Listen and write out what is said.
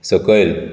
सकयल